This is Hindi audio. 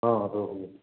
हाँ हाँ रोहू